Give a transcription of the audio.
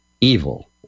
evil